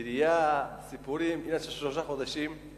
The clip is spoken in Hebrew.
עירייה, סיפורים, עניין של שלושה חודשים.